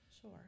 Sure